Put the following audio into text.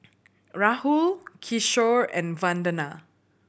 Rahul Kishore and Vandana